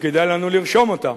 שכדאי לנו לרשום אותם.